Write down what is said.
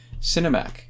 Cinemac